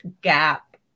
gap